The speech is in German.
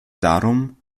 darum